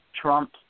Trump